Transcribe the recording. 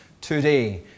today